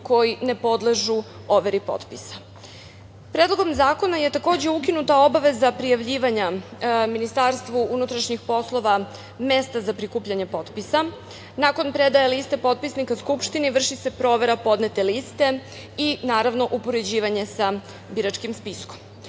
koji ne podležu overi potpisa. Predlogom zakona je takođe ukinuta obaveza prijavljivanja Ministarstvu unutrašnjih poslova mesta za prikupljanje potpisa. Nakon predaje liste potpisnika Skupštini vrši se provera podnete liste i naravno upoređivanje sa biračkim spiskom. Ukoliko